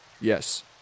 Yes